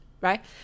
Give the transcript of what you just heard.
right